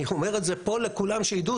אני אומר את זה פה לכולם שידעו.